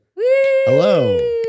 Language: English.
Hello